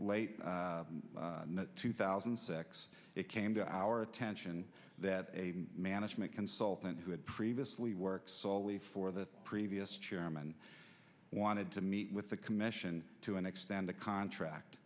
late two thousand and six it came to our attention that a management consultant who had previously work solely for the previous chairman wanted to meet with the commission to an extend the contract